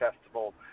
Festival